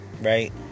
right